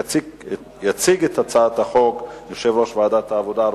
יציג את הצעת החוק יושב-ראש ועדת העבודה,